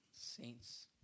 Saints